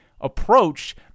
approach